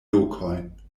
lokojn